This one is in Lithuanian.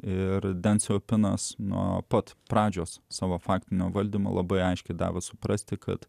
ir den ci jo pinas nuo pat pradžios savo faktinio valdymo labai aiškiai davė suprasti kad